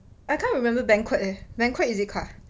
I can't remember banquet leh banquet is it 卡